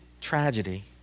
tragedy